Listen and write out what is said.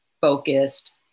focused